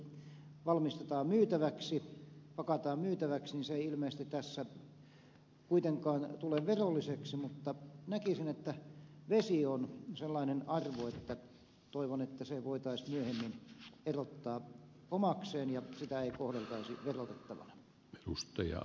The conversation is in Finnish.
tietysti jos sitä pienimuotoisesti pakataan myytäväksi se ei ilmeisesti tässä kuitenkaan tule verolliseksi mutta näkisin että vesi on sellainen arvo että toivon että se voitaisiin myöhemmin erottaa omakseen ja sitä ei kohdeltaisi verotettavana